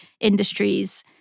industries